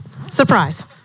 Surprise